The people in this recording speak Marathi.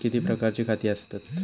बँकेत किती प्रकारची खाती आसतात?